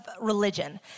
religion